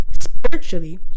spiritually